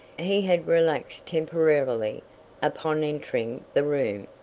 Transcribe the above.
he had relaxed temporarily upon entering the room.